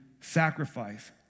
sacrifice